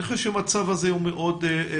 אני חושב שהמצב מאוד בעייתי